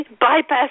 bypass